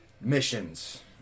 missions